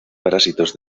parásitos